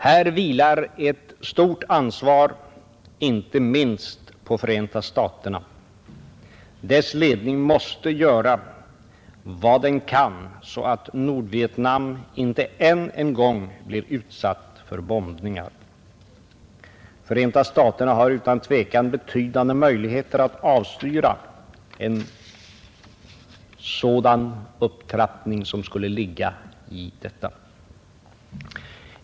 Här vilar ett stort ansvar inte minst på Förenta staterna. Dess ledning måste göra vad den kan så att Nordvietnam inte än en gång blir utsatt för bombningar. Förenta staterna har utan tvivel betydande möjligheter att avstyra den upptrappning som skulle ligga i detta.